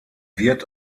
wird